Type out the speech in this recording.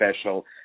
special